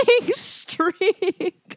streak